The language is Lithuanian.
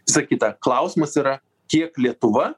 visa kita klausimas yra kiek lietuva